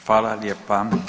Hvala lijepa.